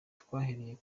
twahereye